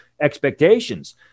expectations